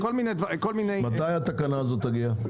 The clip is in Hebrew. מתי התקנה הזו תגיע?